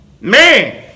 Man